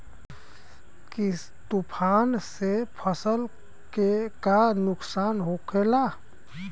तूफान से फसल के का नुकसान हो खेला?